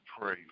pray